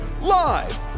Live